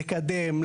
לקדם,